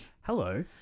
Hello